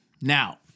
Now